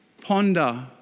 ponder